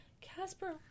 Casper